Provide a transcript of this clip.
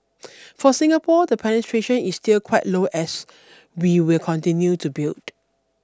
for Singapore the penetration is still quite low as we will continue to build